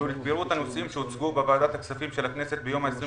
ולפירוט הנושאים שהוצגו בוועדת הכספים של הכנסת ביום 23